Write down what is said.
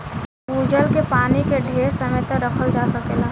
भूजल के पानी के ढेर समय तक रखल जा सकेला